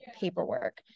paperwork